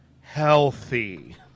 healthy